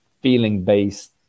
feeling-based